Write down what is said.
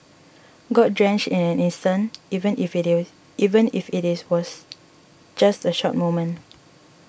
got drenched in an instant even if it even if it was just a short moment